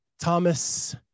Thomas